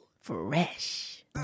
fresh